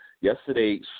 yesterday